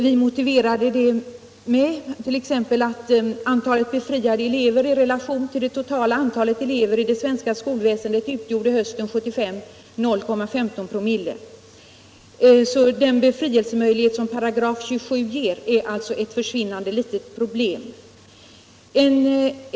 Vi hade flera motiv för vårt yrkande. Antalet befriade elever i relation till det totala antalet elever i det svenska skolväsendet utgjorde hösten 1975 0,15”... Den befrielsemöjlighet som 27§ ger är alltså ett försvinnande litet problem.